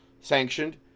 sanctioned